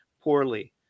poorly